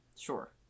Sure